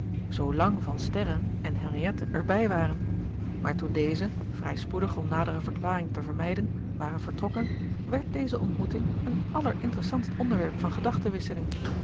van sterren en henriette er bij waren maar toen deze vrij spoedig om nadere verklaringen te vermijden waren vertrokken werd deze ontmoeting een allerinteressantst onderwerp van